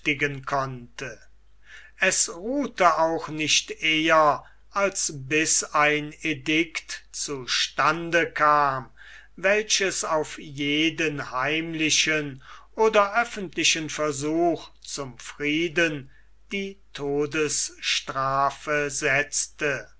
konnte es ruhte auch nicht eher als bis ein edikt zu stande kam welches auf jeden heimlichen oder öffentlichen versuch zum frieden die todesstrafe setzte